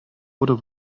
oder